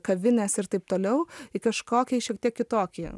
kavines ir taip toliau į kažkokį šiek tiek kitokį